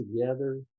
together